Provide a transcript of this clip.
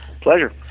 Pleasure